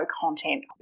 content